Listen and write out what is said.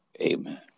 Amen